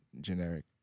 generic